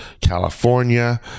California